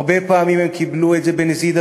הרבה פעמים הם קיבלו את זה בנזיד עדשים,